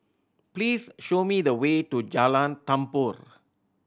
please show me the way to Jalan Tambur